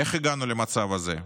איך הגענו למצב הזה?